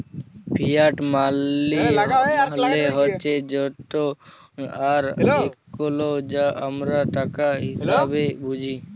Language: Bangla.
ফিয়াট মালি মালে হছে যত আর কইল যা আমরা টাকা হিসাঁবে বুঝি